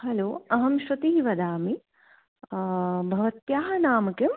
hello अहं श्रुति वदामि भवत्याः नाम किं